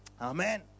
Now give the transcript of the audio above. Amen